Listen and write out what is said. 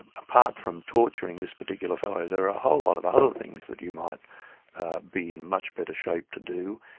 and apart from torturing this particular fellow, there are a whole lot of other things that you might be in much better shape to do.